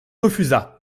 refusa